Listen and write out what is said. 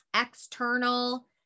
external